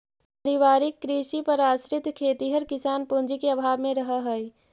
पारिवारिक कृषि पर आश्रित खेतिहर किसान पूँजी के अभाव में रहऽ हइ